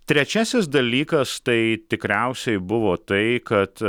trečiasis dalykas tai tikriausiai buvo tai kad